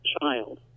child